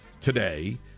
today